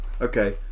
Okay